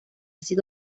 sido